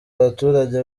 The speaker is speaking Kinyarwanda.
abaturage